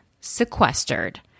sequestered